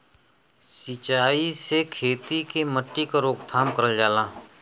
सिंचाई से खेती के मट्टी क रोकथाम करल जाला